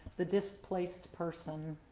the displaced person.